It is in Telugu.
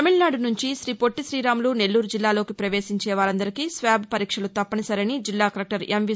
తమికనాడు నుంచి రీపొట్లి రీరాములు నెల్లూరు జిల్లాలోకి ప్రవేశించే వారందరికీ స్వాబ్ పరీక్షలు తప్పనిసరని జిల్లా కలెక్టర్ ఎంవీ